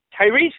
Tyrese